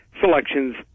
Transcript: selections